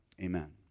amen